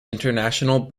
international